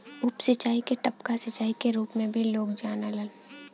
उप सिंचाई के टपका सिंचाई क रूप में भी लोग जानलन